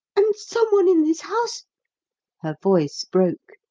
and someone in this house her voice broke.